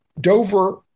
Dover